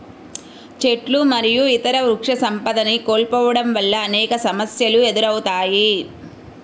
చెట్లు మరియు ఇతర వృక్షసంపదని కోల్పోవడం వల్ల అనేక సమస్యలు ఎదురవుతాయి